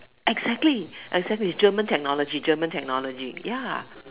exactly exactly it's German technology German technology ya